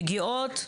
מגיעות,